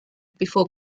before